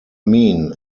mean